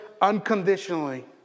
unconditionally